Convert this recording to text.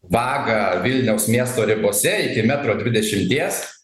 vagą vilniaus miesto ribose iki metro dvidešimties